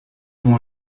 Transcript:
vont